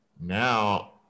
Now